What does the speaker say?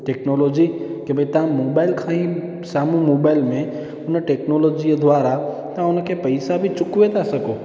technology कि भई तव्हां मोबाइल खां ई साम्हूं मोबाइल में उन टेक्नोलोजी जे द्वारा तव्हां उनखे पैसा बि चुकाए था सघो